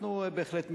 אנחנו בהחלט מיעוט.